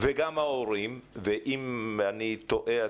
וגם מההורים ואם אני טועה,